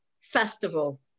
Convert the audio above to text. festival